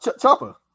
chopper